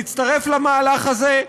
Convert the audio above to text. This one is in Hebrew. להצטרף למהלך הזה.